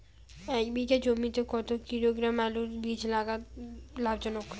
এক বিঘা জমিতে কতো কিলোগ্রাম আলুর বীজ লাগা লাভজনক?